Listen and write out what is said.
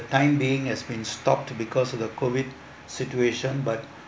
time being has been stopped to because of the COVID situation but